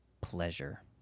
pleasure